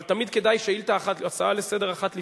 אבל, תמיד כדאי להיות הצעה לסדר אחת לפני,